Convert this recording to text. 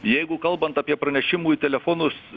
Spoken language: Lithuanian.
jeigu kalbant apie pranešimų į telefonus